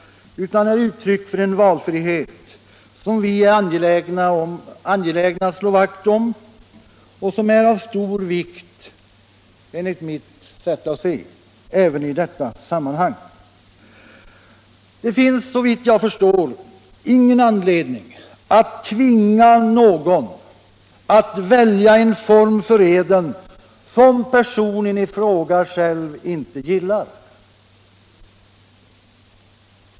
Denna möjlighet är uttryck för en valfrihet som vi är angelägna att slå vakt om och som enligt mitt sätt att se är av stor vikt även i detta sammanhang. Det finns såvitt jag förstår ingen anledning att tvinga någon att välja en form för eden som personen i fråga själv ogillar.